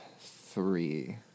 three